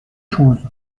chose